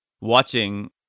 watching